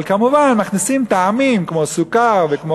אבל כמובן מכניסים טעמים כמו סוכר וכמו